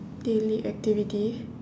daily activity